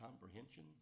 comprehension